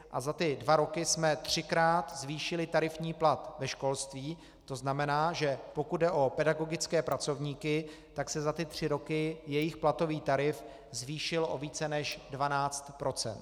A za tyto dva roky jsme třikrát zvýšili tarifní plat ve školství, to znamená, že pokud jde o pedagogické pracovníky, tak se za tři roky jejich platový tarif zvýšil o více než 12 %.